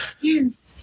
Yes